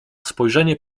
spojrzenie